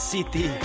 City